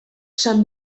san